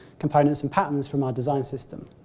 components and patterns from our design system.